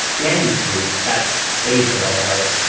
danny's group, that's save the lighthouse,